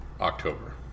October